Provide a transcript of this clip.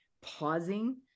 pausing